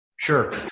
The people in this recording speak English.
Sure